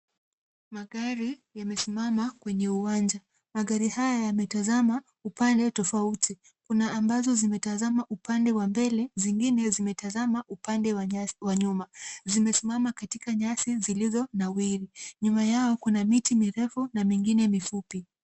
Magari yamesimama kwenye uwanja. Magari haya yametazama upande tofauti. Kuna ambazo zimetazama upande wa mbele, zingine zimetazama upande wa nyuma. Zimesimama katika nyasi zilizonawiri. Nyuma yao kuna miti mirefu na mingine mifupi.